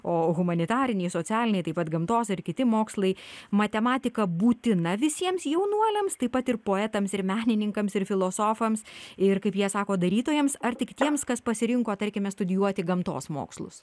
o humanitariniai socialiniai taip pat gamtos ir kiti mokslai matematika būtina visiems jaunuoliams taip pat ir poetams ir menininkams ir filosofams ir kaip jie sako darytojams ar tik tiems kas pasirinko tarkime studijuoti gamtos mokslus